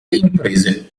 imprese